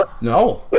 No